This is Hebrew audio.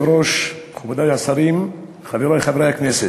כבוד היושב-ראש, מכובדי השרים, חברי חברי הכנסת,